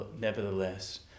nevertheless